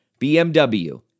BMW